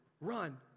run